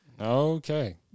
okay